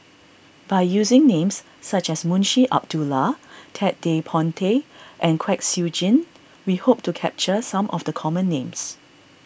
by using names such as Munshi Abdullah Ted De Ponti and Kwek Siew Jin we hope to capture some of the common names